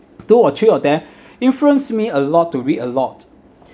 two or three of they influence me a lot to read a lot